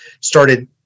started